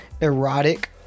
erotic